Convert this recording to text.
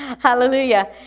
Hallelujah